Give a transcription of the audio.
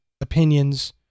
opinions